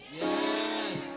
Yes